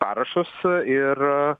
parašus ir